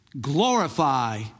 glorify